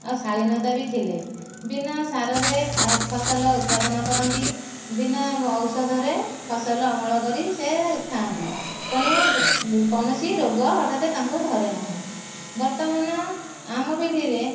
ଆଉ ଶାଳୀନତା ବି ଥିଲେ ବିନା ସାରରେ ଖା ଫସଲ ଉତ୍ପାଦନ କରନ୍ତି ବିନା ଔଷଧରେ ଫସଲ ଅମଳ କରି ସେ ଖାଆନ୍ତି ତେଣୁ କୌଣସି ରୋଗ ହଠାତ ତାଙ୍କୁ ଧରେ ନାହିଁ ବର୍ତ୍ତମାନ ଆମ ପିଢ଼ୀରେ